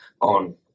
on